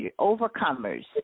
overcomers